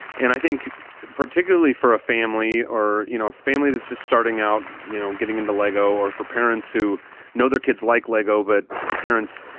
and i think particularly for a family or, you know, a family that's just starting out, you know, getting into lego or for parents who know their kids like lego. but the parents,